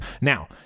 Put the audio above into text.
Now